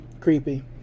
Creepy